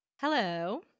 Hello